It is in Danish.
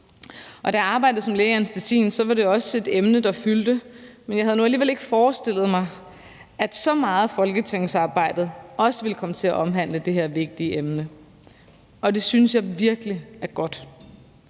Da jeg arbejdede som læge i anæstesien, var det også et emne, der fyldte, men jeg havde nu alligevel ikke forestillet mig, at så meget af folketingsarbejdet også ville komme til at omhandle det her vigtige emne, og det synes jeg virkelig er godt.